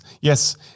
Yes